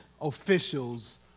officials